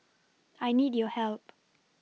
I need your help